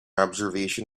observation